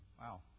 Wow